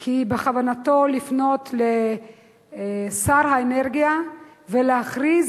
כי בכוונתו לפנות לשר האנרגיה ולהכריז